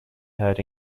heard